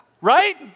Right